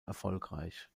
erfolgreich